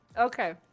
Okay